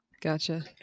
Gotcha